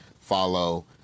follow